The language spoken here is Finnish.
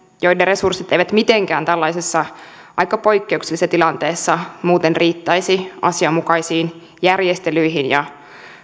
joiden resurssit eivät mitenkään tällaisessa aika poikkeuksellisessa tilanteessa muuten riittäisi asianmukaisiin järjestelyihin ja